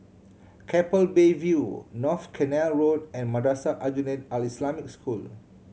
Keppel Bay View North Canal Road and Madrasah Aljunied Al Islamic School